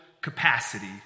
capacity